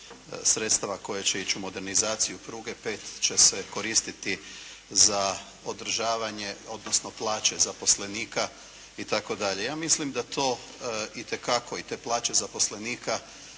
sredstava koje će ići u modernizaciji pruge, 5 će se koristiti za održavanje odnosno plaće zaposlenika itd. Ja mislim da to itekako i te plaće zaposlenika